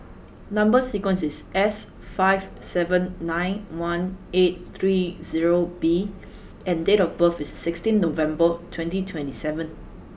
number sequence is S five seven nine one eight three zero B and date of birth is sixteen November twenty twenty seven